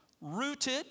rooted